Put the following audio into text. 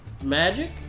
Magic